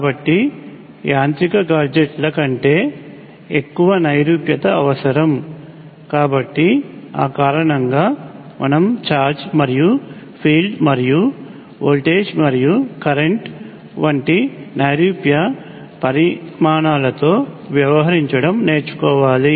కాబట్టి యాంత్రిక గాడ్జెట్ల కంటే ఎక్కువ నైరూప్యత అవసరం కాబట్టి ఆ కారణంగా మనం ఛార్జ్ మరియు ఫీల్డ్ మరియు వోల్టేజ్ మరియు కరెంట్ వంటి నైరూప్య పరిమాణాలతో వ్యవహరించడం నేర్చుకోవాలి